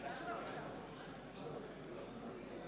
אתה רואה למה טוב שלא קוראים לך